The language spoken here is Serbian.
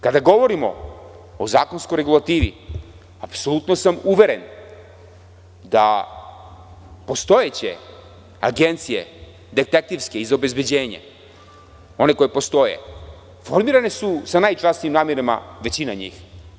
Kada govorimo o zakonskoj regulativi, apsolutno sam uveren da postojeće agencije, detektivske, iz obezbeđenja one koje postoje, formirane su sa najčasnijim namerama, većina njih.